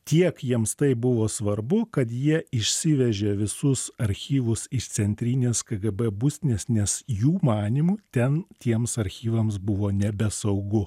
tiek jiems tai buvo svarbu kad jie išsivežė visus archyvus iš centrinės kgb būstinės nes jų manymu ten tiems archyvams buvo nebesaugu